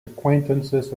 acquaintances